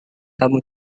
kamu